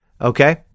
Okay